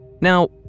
Now